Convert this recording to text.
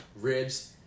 ribs